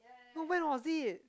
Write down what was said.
no when was it